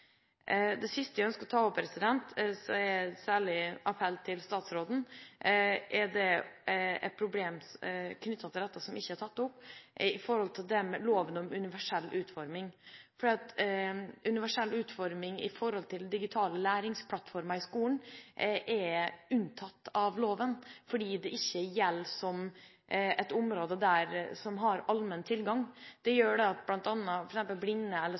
Det siste jeg ønsker å ta opp, som en særlig appell til statsråden, er et problem knyttet til dette som ikke er tatt opp, og som gjelder lov om universell utforming. Universell utforming av digitale læringsplattformer i skolen er unntatt fra loven fordi det er et område som ikke har allmenn tilgang. Det gjør at f.eks. blinde og svaksynte elever eller